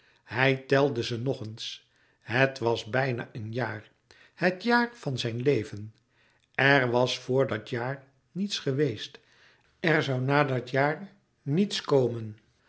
hij telde ze nog eens het was bijna een jaar het jaar van zijn leven er was vor dat jaar niets geweest er zoû na dat jaar niets komen